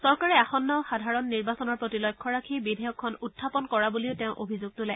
চৰকাৰে আসন্ন সাধাৰণ নিৰ্বাচনৰ প্ৰতি লক্ষ্য ৰাখি বিধেয়কখন উখাপন কৰা বুলিও তেওঁ অভিযোগ তোলে